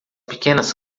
pequenas